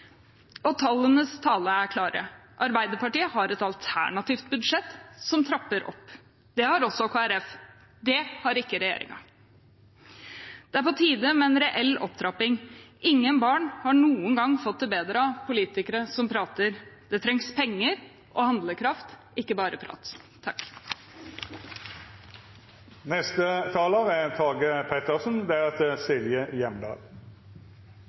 Og tallenes tale er klar. Arbeiderpartiet har et alternativt budsjett som trapper opp. Det har også Kristelig Folkeparti. Det har ikke regjeringen. Det er på tide med en reell opptrapping. Ingen barn har noen gang fått det bedre av politikere som prater. Det trengs penger og handlekraft, ikke bare